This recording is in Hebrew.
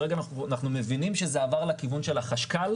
כרגע אנחנו מבינים שזה עבר לכיוון של החשכ"ל.